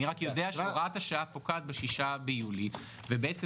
אני רק יודע שהוראת השעה פוקעת ב-6 ביולי ובעצם